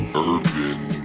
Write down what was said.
Urban